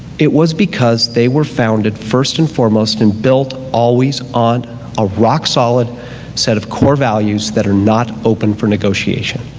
it was because they were founded first and foremost and built always on a rock solid set of core values that are not open for negotiation.